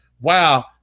wow